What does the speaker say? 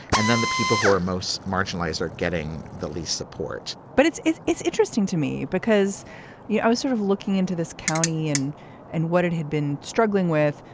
and then the people who are most marginalized are getting the least support but it's it's it's interesting to me because yeah i was sort of looking into this county and and what it had been struggling with.